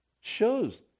shows